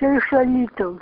čia iš alytaus